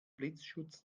blitzschutz